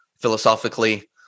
philosophically